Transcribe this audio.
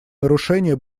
нарушения